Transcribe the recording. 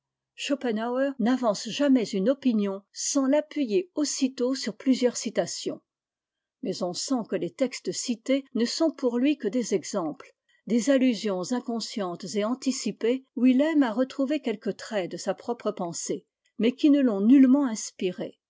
schopenhauer n'avance jamais une opinion sans l'appuyer aussitôt sur plusieurs citations mais on sent que les textes cités ne sont pour lui que des exemples des allusions inconscientes et anticipées où il aime à retrouver quelques traits de sa propre pensée mais qui ne l'ont nullement inspirée